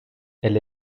elle